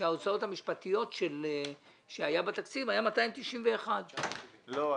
כשההוצאות המשפטיות שהיו בתקציב היו 291,000. לא,